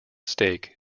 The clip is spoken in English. stake